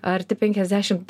arti penkiasdešimt